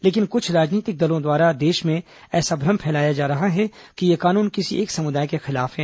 लेकिन कुछ राजनीतिक दलों द्वारा देश में ऐसा भ्रम फैलाया जा रहा है कि यह कानून किसी एक समुदाय के खिलाफ है